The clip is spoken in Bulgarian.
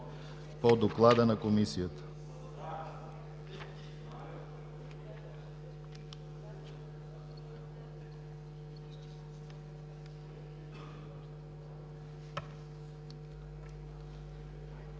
по доклада на Комисията.